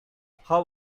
how